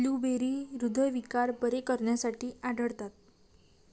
blueberry हृदयविकार बरे करण्यासाठी आढळतात